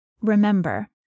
remember